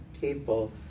people